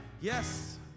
Yes